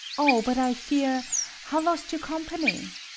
o, but i fear how lost you company?